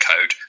code